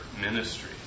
ministry